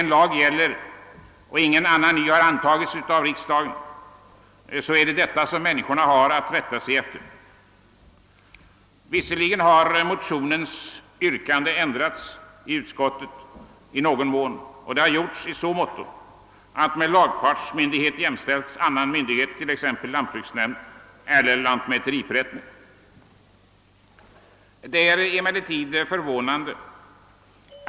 De gälla dock icke vid avyttring av aktie i sådant bostadsaktiebolag eller andel i sådan bostadsrättsförening som avses i 24 §8 3 mom., om avyttringen avser endast rätt till viss eller vissa men ej alla bostadslägenheter i fastigheten.